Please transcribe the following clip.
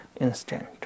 instant